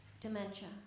dementia